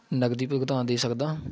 ਨਗਦੀ ਭੁਗਤਾਨ ਦੇ ਸਕਦਾ